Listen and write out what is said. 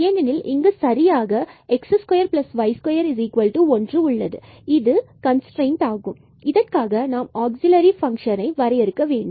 ஏனெனில் இங்கு சரியாக x2y21 இந்த கன்ஸ்ட்ரைன்ட் கொடுக்கப்பட்டுள்ளது மற்றும் இதற்காக நாம் ஆக்சில்லரி பங்க்ஷன் ஐ வரையறுக்க வேண்டும்